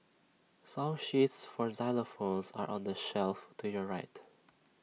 song sheets for xylophones are on the shelf to your right